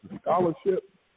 scholarship